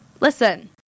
listen